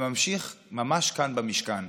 וממשיך ממש כאן במשכן.